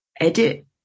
Edit